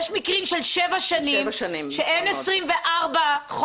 יש מקרים של שבע שנים ואין 24 חודשים.